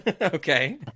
Okay